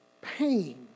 pain